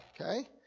okay